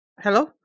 Hello